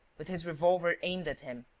with his revolver aimed at him.